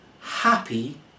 happy